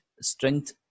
strength